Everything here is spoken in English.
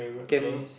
camp